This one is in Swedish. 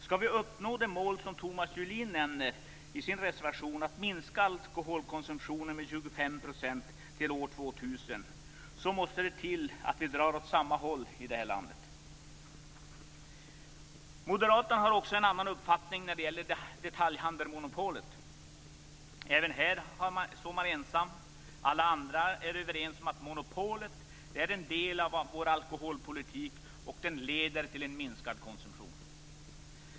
Skall vi uppnå det mål som Thomas Julin nämner i sin reservation, att alkoholkonsumtionen skall minskas med 25 % till år 2000, krävs det att vi drar åt samma håll i det här landet. Moderaterna har en avvikande uppfattning också när det gäller detaljhandelsmonopolet. Även här står de ensamma. Alla andra är överens om att monopolet är en del av vår alkoholpolitik som leder till minskad konsumtion.